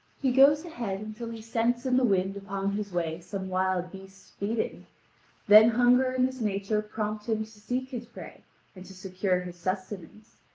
he goes ahead until he scents in the wind upon his way some wild beasts feeding then hunger and his nature prompt him to seek his prey and to secure his sustenance.